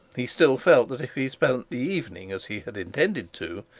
he still felt that if he spent the evening as he had intended to